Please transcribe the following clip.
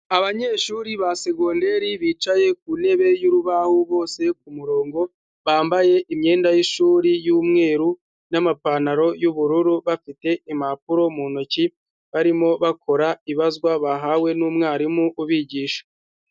Abanyeshuri ba segonderi bicaye ku ntebe y'urubaho bose ku murongo, bambaye imyenda y'ishuri y'umweru n'amapantaro y'ubururu, bafite impapuro mu ntoki barimo bakora ibazwa bahawe n'umwarimu ubigisha.